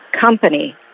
company